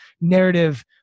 narrative